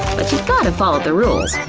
but you've gotta follow the rules,